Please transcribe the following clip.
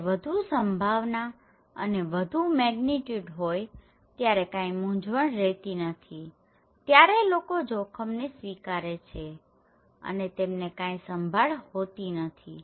જયારે વધુ સંભાવના અને વધુ મેગ્નીટ્યુડ હોય ત્યારે કાંઈ મૂંઝવણ રેતી નથી ત્યારે લોકો જોખમને સ્વીકારે છે અને તેમને કાંઈ સંભાળ હોતી નથી